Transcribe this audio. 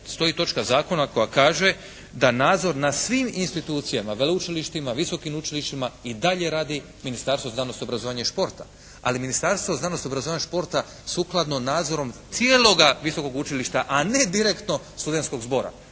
stoji točka zakona koja kaže da nadzor nad svim institucijama, veleučilištima, visokim učilištima i dalje radi Ministarstvo znanosti, obrazovanja i športa. Ali Ministarstvo znanosti, obrazovanja i športa sukladno nadzorom cijeloga visokog učilišta, a ne direktno studentskog zbora.